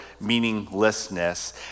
meaninglessness